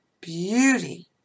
beauty